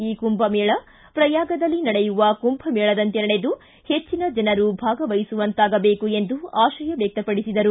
ಈ ಕುಂಭಮೇಳ ಪ್ರಯಾಗದಲ್ಲಿ ನಡೆಯುವ ಕುಂಭಮೇಳದಂತೆ ನಡೆದು ಹೆಚ್ಚಿನ ಜನರು ಭಾಗವಹಿಸುವಂತಾಗಬೇಕು ಎಂದು ಆಶಯ ವ್ಯಕ್ತಪಡಿಸಿದರು